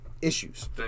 issues